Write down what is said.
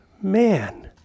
man